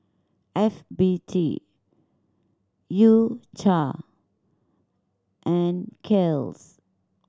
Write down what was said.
F B T U Cha and Kiehl's